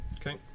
Okay